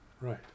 right